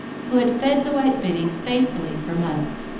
who had fed the white biddies faithfully for months.